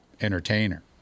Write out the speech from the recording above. entertainer